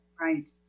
Right